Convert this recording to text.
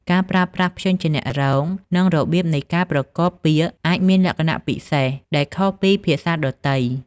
ការប្រើប្រាស់ព្យញ្ជនៈរង និងរបៀបនៃការប្រកបពាក្យអាចមានលក្ខណៈពិសេស ដែលខុសពីភាសាដទៃ។